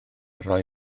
roi